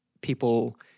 people